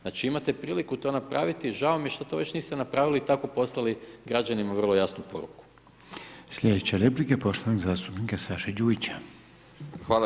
Znači imate priliku to napraviti i žao mi je što to već niste napravili i tako poslali građanima vrlo jasnu poruku.